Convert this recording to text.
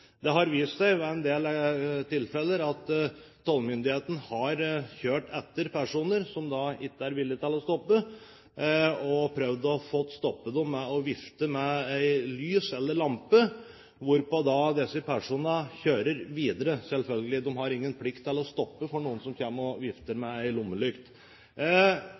Det har vist seg i en del tilfeller at tollmyndighetene har kjørt etter personer som ikke har vært villige til å stoppe, og prøvd å få stoppet dem ved å vifte med et lys eller lampe, hvorpå disse personene selvfølgelig har kjørt videre. De har ingen plikt til å stoppe for noen som kommer og vifter med en lommelykt.